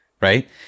right